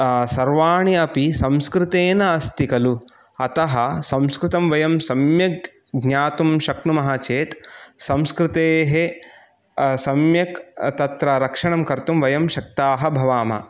सर्वाणि अपि संस्कृतेन अस्ति खलु अतः संस्कृतं वयं सम्यक् ज्ञातुं शक्नुमः चेत् संस्कृतेः सम्यक् तत्र रक्षणं कर्तुं वयं शक्ताः भवामः